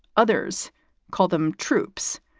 others call them troops,